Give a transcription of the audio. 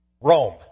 Rome